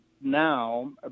now